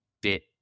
bit